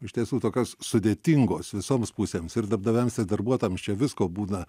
iš tiesų tokios sudėtingos visoms pusėms ir darbdaviams ir darbuotojams čia visko būna